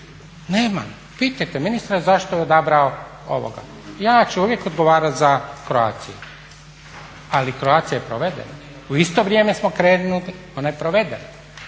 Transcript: Nema, pitajte ministra zašto je odabrao ovoga. Ja ću uvijek odgovarat za Croatiu, ali Croatia je provedena. U isto vrijeme smo krenuli, ona je provedena.